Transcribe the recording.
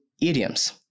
idioms